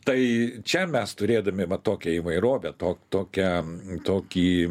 tai čia mes turėdami va tokią įvairovę to tokią tokį